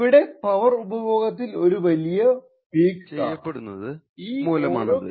ഇവിടെ പവർ ഉപഭോഗത്തിൽ ഒരു വലിയ പീക്ക് കാണാം ഈ ഓരോ കേസിലും കപ്പാസിറ്റർ ചാർജ് ചെയ്യപെടുന്നത് മൂലമാണത്